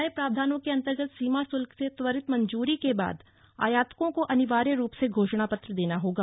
नये प्रावधानों के अंतर्गत सीमा शुल्क से त्वरित मंजूरी के बाद आयातकों को अनिवार्य रूप से घोषणा पत्र देना होगा